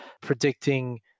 predicting